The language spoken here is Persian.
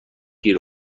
گیر